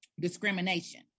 discrimination